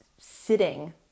sitting